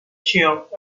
chair